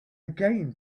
again